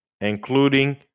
including